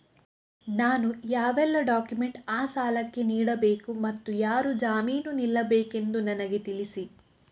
ನಾನು ಯಾವೆಲ್ಲ ಡಾಕ್ಯುಮೆಂಟ್ ಆ ಸಾಲಕ್ಕೆ ನೀಡಬೇಕು ಮತ್ತು ಯಾರು ಜಾಮೀನು ನಿಲ್ಲಬೇಕೆಂದು ನನಗೆ ತಿಳಿಸಿ?